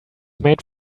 made